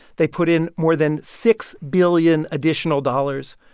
they put in more than six billion additional dollars,